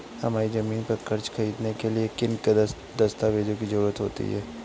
हमारी ज़मीन पर कर्ज ख़रीदने के लिए किन किन दस्तावेजों की जरूरत होती है?